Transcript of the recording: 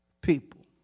people